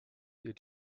you